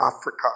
Africa